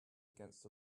against